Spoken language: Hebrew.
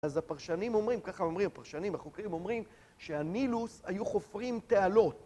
אז הפרשנים אומרים, ככה אומרים, הפרשנים החוקרים אומרים שהנילוס היו חופרים תעלות.